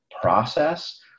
process